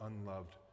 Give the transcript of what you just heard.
unloved